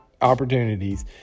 opportunities